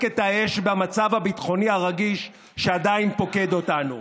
את האש במצב הביטחוני הרגיש שעדיין פוקד אותנו.